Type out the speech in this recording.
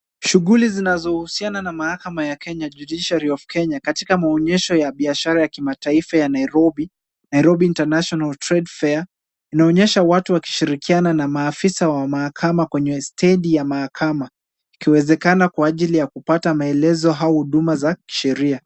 Shughuli zinozohusiana na mahakama ya Kenya, Judiciary of Kenya katika maonyesho ya biashara ya kimataifa ya Nairobi International Trade Fair. Inaonyesha watu wakishirikiana na maafisa wa mahakama kwenye stendi ya mahakama, ikiwezekana kwa ajili ya kupata maelekezo au huduma za kisheria